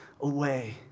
away